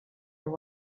your